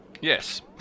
Yes